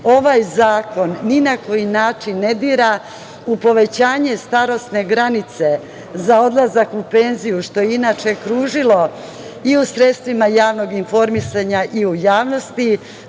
Ovaj zakon ni na koji način ne dira u povećanje starosne granice za odlazak u penziju, što je inače kružilo i u sredstvima javnog informisanja i u javnosti.